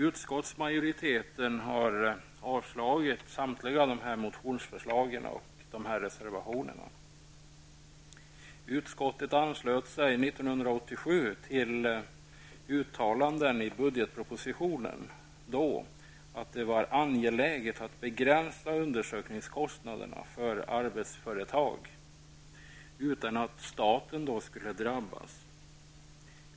Utskottet anslöt sig 1987 till uttalanden i budgetpropositionen det året att det var angeläget att begränsa undersökningskostnaderna för arbetsföretag utan att staten skulle drabbas.